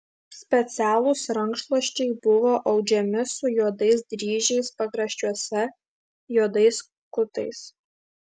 specialūs rankšluosčiai buvo audžiami su juodais dryžiais pakraščiuose juodais kutais